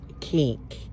kink